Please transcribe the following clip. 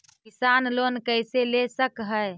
किसान लोन कैसे ले सक है?